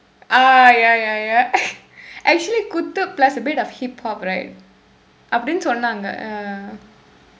ah ya ya ya actually குத்து:kuththu plus a bit of hip hop right அப்படின்னு சொன்னாங்க:appadinnu sonnaangka uh